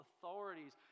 authorities